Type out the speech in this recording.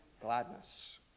gladness